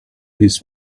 his